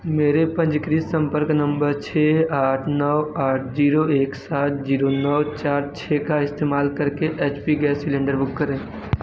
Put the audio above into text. मेरे पंजीकृत संपर्क नम्बर छः आठ नौ आठ ज़ीरो एक सात ज़ीरो नौ चार छः का इस्तेमाल करके H P gas cylinder book करें